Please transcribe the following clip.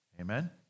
Amen